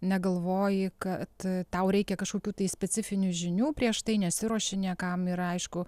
negalvoji kad tau reikia kažkokių tai specifinių žinių prieš tai nesiruoši niekam ir aišku